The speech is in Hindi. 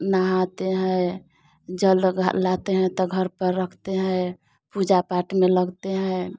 नहाते हैं जल घल लाते हैं तो घर पर रखते हैं पूजा पाठ में लगते हैं